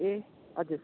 ए हजुर